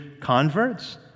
converts